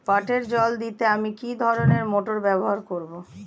পাটে জল দিতে আমি কি ধরনের মোটর ব্যবহার করব?